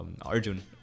Arjun